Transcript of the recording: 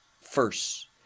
first